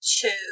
two